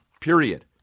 period